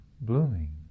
blooming